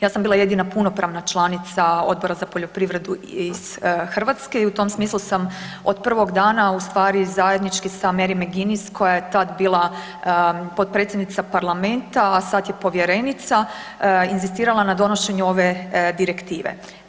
Ja sam bila jedina punopravna članica Odbora za poljoprivredu iz Hrvatske i u tom smislu sam od prvog dana ustvari zajednički sa Mary ... koja je tad bila potpredsjednica parlamenta a sad je povjerenica, inzistirala na donošenju ove direktive.